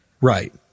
Right